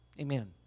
Amen